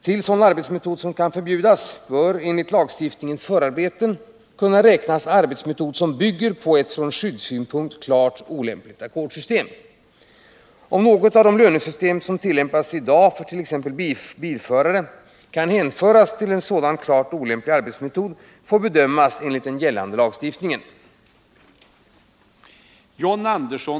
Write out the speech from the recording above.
Till arbetsmetod som kan förbjudas bör, 69 enligt lagstiftningens förarbeten, kunna räknas arbetsmetod som bygger på ett från skyddssynpunkt klart olämpligt ackordssystem. Om något av de lönesystem som tillämpas i dag för t.ex. bilförare kan hänföras till en sådan klart olämplig arbetsmetod får bedömas enligt den gällande lagstiftningen.